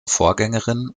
vorgängerin